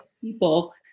people